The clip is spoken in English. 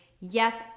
yes